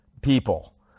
people